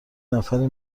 نفری